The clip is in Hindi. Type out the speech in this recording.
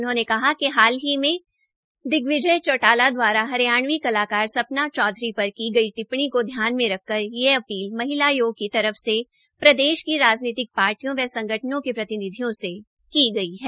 उन्होंने कहा कि हाल ही में दिग्विजय चौटाला द्वारा हरियाणवी कलाकार सपना चौधरी पर की गई टिप्पणी को ध्यान में रखकर यह अपील महिला आयोग की तरफ से प्रदेश की राजनैतिक पार्टियों व संगठनों के प्रतिनिधियों से की गई है